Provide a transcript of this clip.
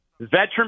veteran